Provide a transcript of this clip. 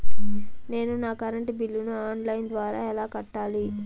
నేను నా కరెంటు బిల్లును ఆన్ లైను ద్వారా ఎలా కట్టాలి?